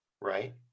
right